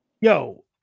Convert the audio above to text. yo